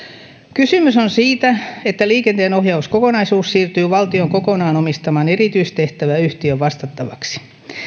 kysymys on siitä että liikenteenohjauskokonaisuus siirtyy valtion kokonaan omistaman erityistehtäväyhtiön vastattavaksi